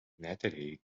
natalie